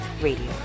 Radio